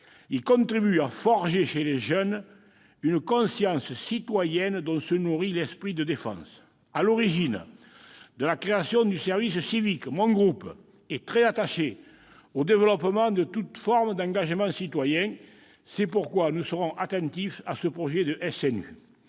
il contribue à forger chez les jeunes une conscience citoyenne dont se nourrit l'esprit de défense ». À l'origine de la création du service civique, mon groupe est très attaché au développement de toute forme d'engagement citoyen. C'est pourquoi nous serons attentifs à ce projet de SNU.